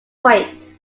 point